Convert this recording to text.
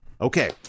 Okay